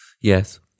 Yes